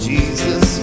Jesus